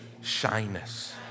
shyness